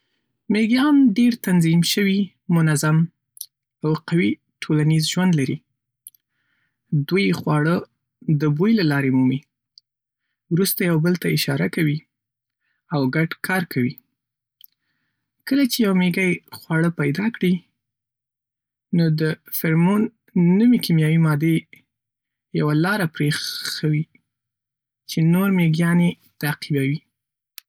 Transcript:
مېزيان ډېر تنظیم شوي، منظم او قوي ټولنیز ژوند لري. دوی خواړه د بوی له لارې مومي، وروسته یو بل ته اشاره کوي او ګډ کار کوي. کله چې یو مېږی خواړه پیدا کړي، نو د "فرمون" نومي کیمیاوي مادې یو لاره پرېښوي، چې نور مېزيان یې تعقیبوي.